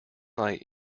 light